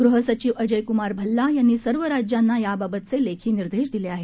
गृह सचिव अजय कुमार भल्ला यांनी सर्व राज्यांना याबाबतचे लेखी निर्देश दिले आहेत